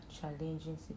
challenging